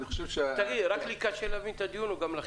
רק לי קשה להבין את הדיון או גם לכם?